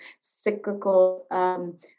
cyclical